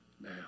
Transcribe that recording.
now